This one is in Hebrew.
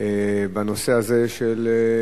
בנושא הזה של,